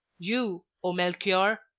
you, o melchior,